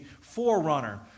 forerunner